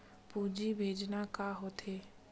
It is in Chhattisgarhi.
पूंजी भेजना का होथे?